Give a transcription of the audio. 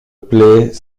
plaît